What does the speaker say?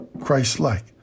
Christ-like